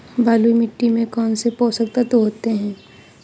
बलुई मिट्टी में कौनसे पोषक तत्व होते हैं?